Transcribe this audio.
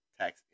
tax